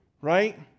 right